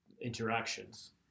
interactions